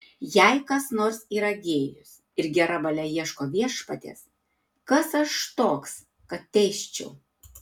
jei kas nors yra gėjus ir gera valia ieško viešpaties kas aš toks kad teisčiau